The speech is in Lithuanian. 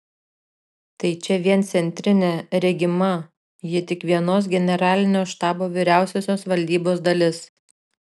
tai čia vien centrinė regima ji tik vienos generalinio štabo vyriausiosios valdybos dalis